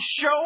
show